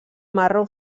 marró